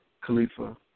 Khalifa